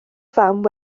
fam